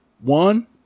One